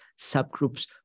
subgroups